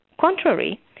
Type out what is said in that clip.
Contrary